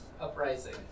uprising